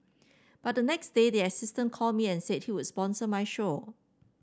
but the next day the assistant called me and said he would sponsor my show